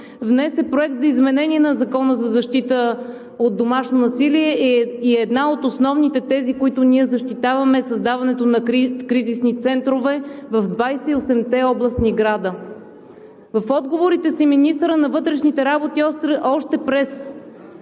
внесе Проект за изменение на Закона за защита от домашно насилие и една от основните тези, които защитаваме, е създаването на кризисни центрове в 28-те областни града. В отговорите си министърът на вътрешните работи още през